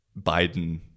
Biden